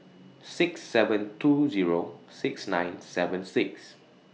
six seven two Zero six nine seven six